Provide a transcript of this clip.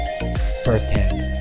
firsthand